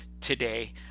today